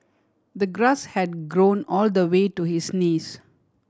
the grass had grown all the way to his knees